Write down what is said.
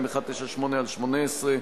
רגע, מה, לא מצביעים על הצעת החוק הזאת?